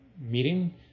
meeting